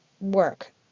work